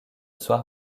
soir